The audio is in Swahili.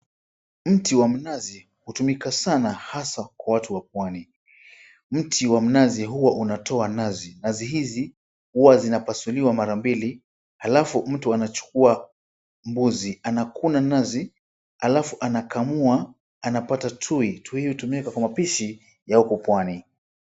Mti wa mnazi, hutumika sana hasa kwa watu wa pwani. Mti wa mnazi huo unatoa nazi. Nazi hizi huwa zinapasuliwa mara mbili alafu mtu anachukua mbuzi, anakuna nazi alafu anakamua anapata tui. Tui hutumika kwa mapishi ya huku pwani.